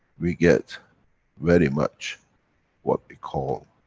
we get very much what we call,